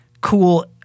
cool